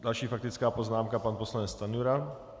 Další faktická poznámka pan poslanec Stanjura.